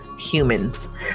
Humans